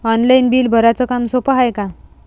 Online bill भराच काम सोपं हाय का?